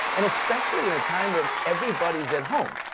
and especially in a time where everybody's at home.